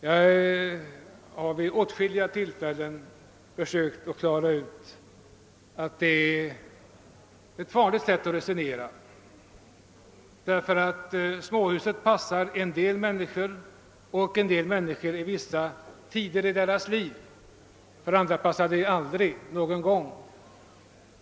Jag har vid åtskilliga tillfällen försökt klarlägga att detta är ett farligt sätt att resonera, därför att småhusen passar en del människor under vissa perioder av deras liv, medan de för andra inte passar någon gång.